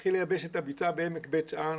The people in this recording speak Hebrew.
התחיל לייבש את הביצה בעמק בית שאן.